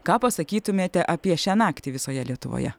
ką pasakytumėte apie šią naktį visoje lietuvoje